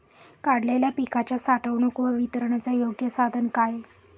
काढलेल्या पिकाच्या साठवणूक व वितरणाचे योग्य साधन काय?